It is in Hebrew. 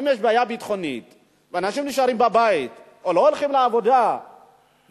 אם יש בעיה ביטחונית ואנשים נשארים בבית או לא הולכים לעבודה בגלל,